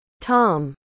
Tom